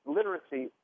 Literacy